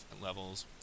levels